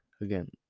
again